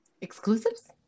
exclusives